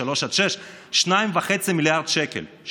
משלוש עד שש: 2.5 מיליארד שקל.